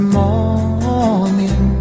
morning